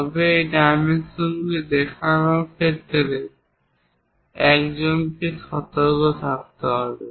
তবে এই ডাইমেনশনগুলি দেখানোর ক্ষেত্রে একজনকে সতর্ক থাকতে হবে